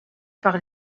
par